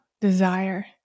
desire